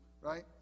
right